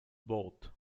both